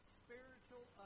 spiritual